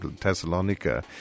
Thessalonica